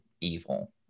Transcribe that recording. evil